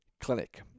clinic